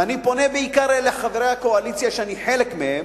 ואני פונה בעיקר לחברי הקואליציה, שאני חלק מהם,